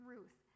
Ruth